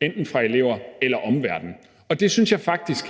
enten elever eller omverden. Det synes jeg faktisk